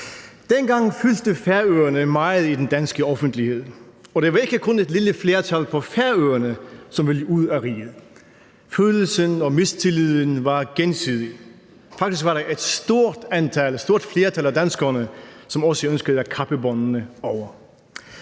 Dengang fyldte Færøerne meget i den danske offentlighed, og det var ikke kun et lille flertal på Færøerne, som ville ud af riget. Følelsen af mistillid var gensidig – faktisk var der et stort flertal af danskerne, som også ønskede at kappe båndene.